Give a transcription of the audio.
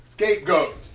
scapegoat